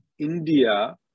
India